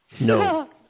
No